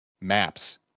Maps